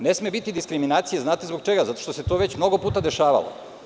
Ne sme biti diskriminacije znate zbog čega – zato što se to već mnogo puta dešavalo.